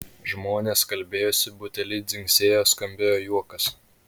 žmonės kalbėjosi buteliai dzingsėjo skambėjo juokas